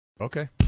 okay